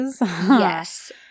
Yes